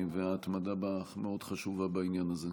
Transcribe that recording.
וההתמדה שלך מאוד חשובה בעניין הזה.